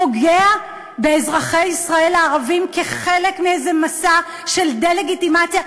פוגע באזרחי ישראל הערבים כחלק מאיזה מסע של דה-לגיטימציה?